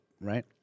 right